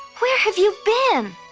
where have you been?